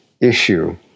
issue